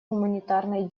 гуманитарной